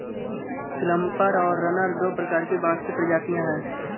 clumper और runner दो प्रकार की बाँस की प्रजातियाँ हैं